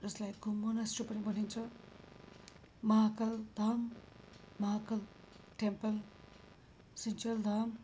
जसलाई घुम मोनस्ट्री पनि भनिन्छ महाकाल धाम महाकाल टेम्पल सिङ्चेल धाम